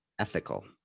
ethical